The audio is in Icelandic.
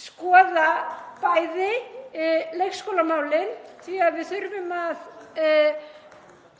skoða bæði leikskólamálin, því að við þurfum að